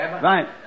Right